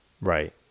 Right